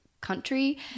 country